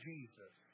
Jesus